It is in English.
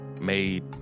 made